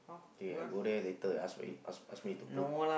okay I go there later ask me to put